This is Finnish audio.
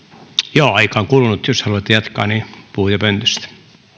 joo aika on kulunut jos haluatte jatkaa niin puhujapöntöstä